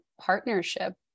partnership